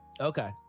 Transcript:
Okay